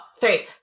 Three